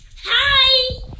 Hi